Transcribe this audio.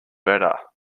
better